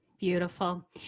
Beautiful